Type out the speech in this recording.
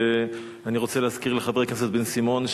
אני רוצה להזכיר לחבר הכנסת בן-סימון,